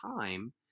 time